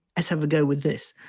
let's have a go with this.